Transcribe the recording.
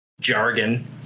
jargon